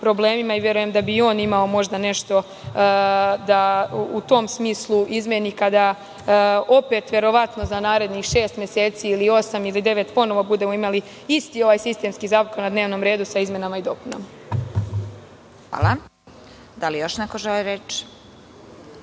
i verujem da bi i on imao možda nešto da u tom smislu izmeni, kada opet verovatno za narednih šest meseci, ili osam ili devet, ponovo budemo imali isti ovaj sistemski zakon o dnevnom redu sa izmenama i dopunama. **Vesna Kovač** Hvala. Da li još neko želi reč?